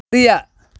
அறிய